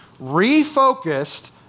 refocused